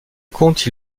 comte